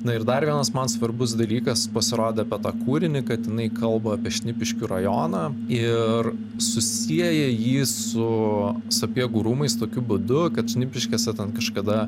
na ir dar vienas man svarbus dalykas pasirodė apie tą kūrinį kad jinai kalba apie šnipiškių rajoną ir susieja jį su sapiegų rūmais tokiu būdu kad šnipiškėse ten kažkada